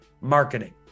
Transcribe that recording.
marketing